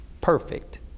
perfect